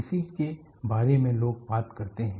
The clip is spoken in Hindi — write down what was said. इसी के बारे में लोग बात करते हैं